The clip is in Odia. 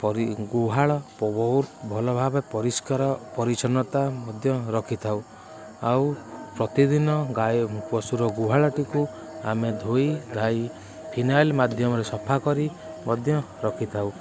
ପରି ଗୁହାଳ ବହୁତ ଭଲ ଭାବେ ପରିଷ୍କାର ପରିଚ୍ଛନ୍ନତା ମଧ୍ୟ ରଖିଥାଉ ଆଉ ପ୍ରତିଦିନ ଗାଈ ପଶୁର ଗୁହାଳଟିକୁ ଆମେ ଧୋଇ ଧାଇ ଫିନାଇଲ ମାଧ୍ୟମରେ ସଫା କରି ମଧ୍ୟ ରଖିଥାଉ